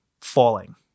falling